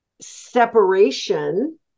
separation